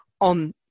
on